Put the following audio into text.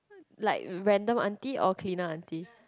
like random Char-Kway-Teow or cleaner Char-Kway-Teow